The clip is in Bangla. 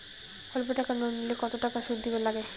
অল্প টাকা লোন নিলে কতো টাকা শুধ দিবার লাগে?